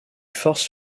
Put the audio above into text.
forces